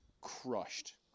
crushed